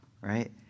right